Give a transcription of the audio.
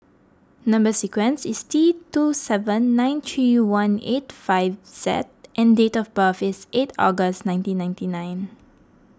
Number Sequence is T two seven nine three one eight five Z and date of birth is eight August nineteen ninety nine